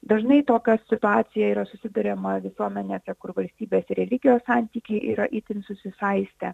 dažnai tokia situacija yra susiduriama visuomenė kur valstybės ir religijos santykiai yra itin susisaistę